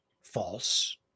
false